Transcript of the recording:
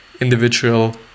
individual